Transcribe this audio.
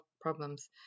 problems